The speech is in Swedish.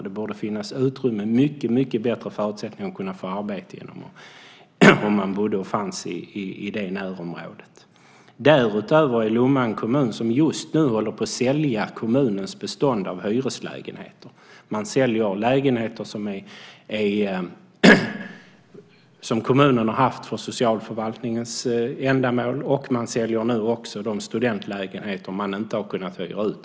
Det borde finnas mycket bättre förutsättningar att få arbete om man bodde och fanns i närområdet. Lomma är dessutom en kommun som just nu säljer kommunens bestånd av hyreslägenheter. Man säljer lägenheter som kommunen har haft för socialförvaltningens ändamål och man säljer också de studentlägenheter som man inte har kunnat hyra ut.